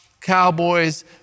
cowboys